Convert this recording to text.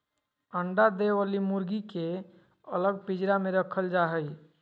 अंडा दे वली मुर्गी के अलग पिंजरा में रखल जा हई